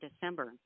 December